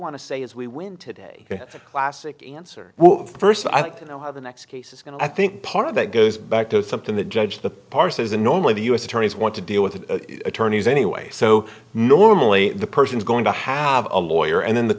want to say is we win today a classic answer first i'd like to know how the next case is going to i think part of that goes back to something the judge the parses the normally the us attorneys want to deal with the attorneys anyway so normally the person is going to have a lawyer and then the